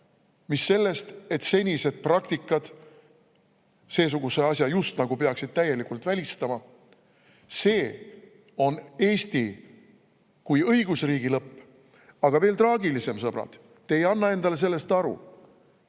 mis sellest, et senised praktikad peaksid seesuguse asja just nagu täielikult välistama. See on Eesti kui õigusriigi lõpp. Aga veel traagilisem, sõbrad, on see – te ei anna endale sellest aru